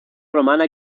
romana